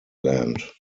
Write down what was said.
land